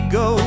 go